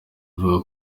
avuga